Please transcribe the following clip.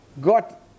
got